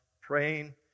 praying